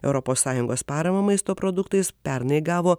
europos sąjungos paramą maisto produktais pernai gavo